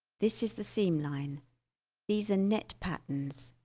this is the seam line these are net patterns.